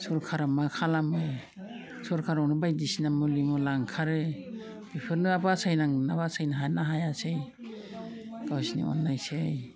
सोरखारा मा खालामो सोरखारावनो बायदिसिना मुलि मुला ओंखारो बेफोरनो बासायनो हागोनना बासायनो हायोना हायासै गावसोरनि अननायसै